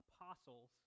apostles